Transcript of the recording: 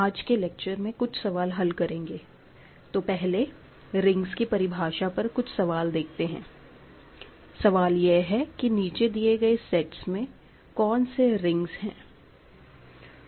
आज के लेक्चर में कुछ सवाल हल करेंगे तो पहले रिंग्स की परिभाषा पर कुछ सवाल देखते हैं सवाल यह है कि नीचे दिए गए सेट्स में कौन से रिंग्स है